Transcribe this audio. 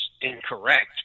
incorrect